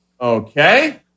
Okay